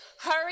hurry